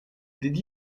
did